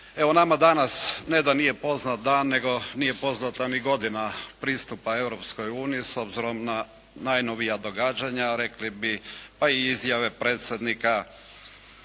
Evo nama danas ne da nije poznat dan, nego nije poznata ni godina pristupa Europskoj uniji. S obzirom na najnovija događanja rekli bi pa i izjave predsjednike